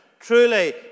Truly